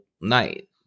night